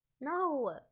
No